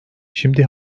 şimdi